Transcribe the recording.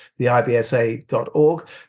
theibsa.org